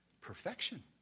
perfection